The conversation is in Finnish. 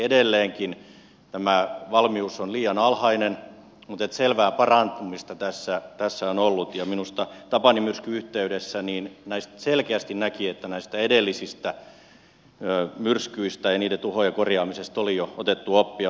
edelleenkin tämä valmius on liian alhainen mutta selvää parantumista tässä on ollut ja minusta tapani myrskyn yhteydessä selkeästi näki että näistä edellisistä myrskyistä ja niiden tuhojen korjaamisesta oli jo otettu oppia